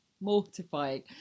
mortifying